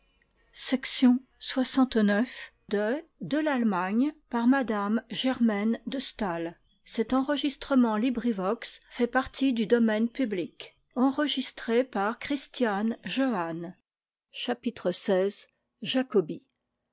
de m de